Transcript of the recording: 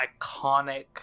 iconic